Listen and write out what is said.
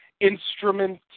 instrument